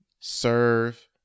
serve